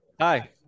Hi